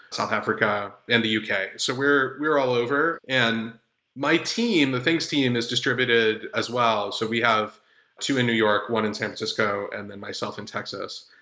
south africa, and the u k. so we're we're all over, and my team, the things team is distributed as well. so we have two in new york, one in san francisco and then myself in texas.